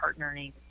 partnering